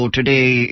Today